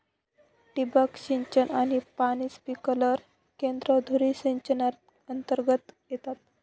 ठिबक सिंचन आणि पाणी स्प्रिंकलर केंद्रे धुरी सिंचनातर्गत येतात